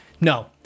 No